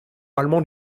allemand